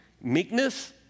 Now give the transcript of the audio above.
Meekness